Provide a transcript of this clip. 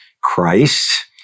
Christ